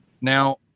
Now